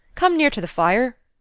come near to the fire,